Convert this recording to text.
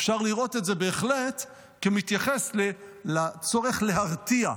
אפשר לראות את זה בהחלט כמתייחס לצורך להרתיע.